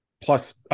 plus